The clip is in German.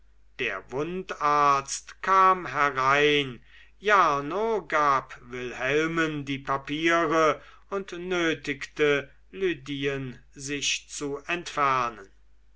der wundarzt kam herein jarno gab wilhelmen die papiere und nötigte lydien sich zu entfernen